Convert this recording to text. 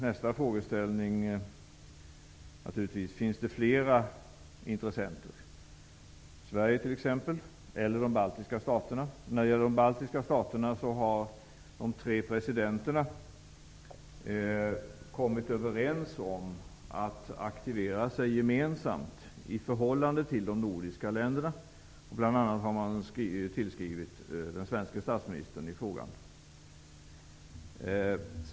Nästa fråga är då naturligtvis om det finns fler intressenter; Sverige t.ex eller de baltiska staterna. När det gäller de baltiska staterna har de tre presidenterna kommit överens om att aktivera sig gemensamt i förhållande till de nordiska länderna. Man har bl.a. tillskrivit den svenske statsministern i frågan.